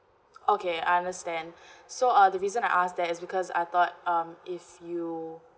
okay I understand so uh the reason I ask that is because I thought um if you